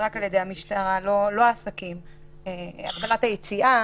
הגבלת היציאה,